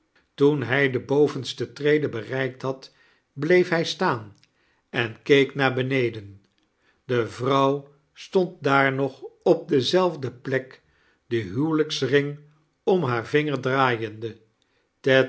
toen hij de bovenste trede bereikt had bteef hij staan en keek naar beaeden de vrouw stond daar nog op dezelfde plek den huwelijksring om haar vinger draaiende